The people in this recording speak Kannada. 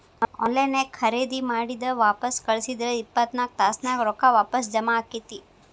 ಆನ್ ಲೈನ್ ನ್ಯಾಗ್ ಖರೇದಿ ಮಾಡಿದ್ ವಾಪಸ್ ಕಳ್ಸಿದ್ರ ಇಪ್ಪತ್ನಾಕ್ ತಾಸ್ನ್ಯಾಗ್ ರೊಕ್ಕಾ ವಾಪಸ್ ಜಾಮಾ ಆಕ್ಕೇತಿ